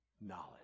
knowledge